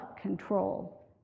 control